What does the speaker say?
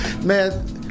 man